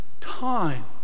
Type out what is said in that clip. time